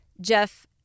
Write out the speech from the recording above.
Jeff